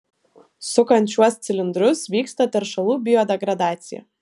sukant šiuos cilindrus vyksta teršalų biodegradacija